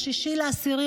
ב-6 באוקטובר,